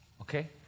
okay